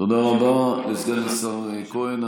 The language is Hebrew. תודה רבה לסגן השר כהן.